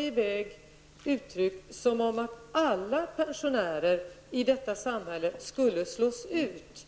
i väg uttryck som att alla pensionärer i detta samhälle skulle slås ut.